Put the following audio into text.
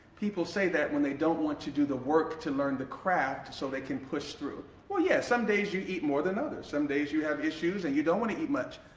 people say that when they don't want to do the work to learn the craft so they can push through. well yes, some days you eat more than others, some days you have issues and you don't want to eat much,